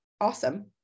awesome